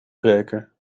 breken